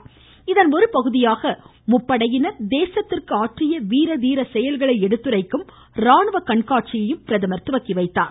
இகன் ஒருபகுதியாக முப்படையினர் தேசத்திற்கு வீர அம்றிய தி செயல்களை எடுத்துரைக்கும் ராணுவ கண்காட்சியையும் துவக்கி வைத்தார்